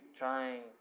trying